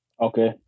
Okay